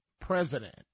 president